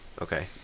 Okay